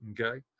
okay